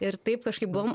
ir taip kažkaip buvom